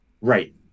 right